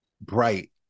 bright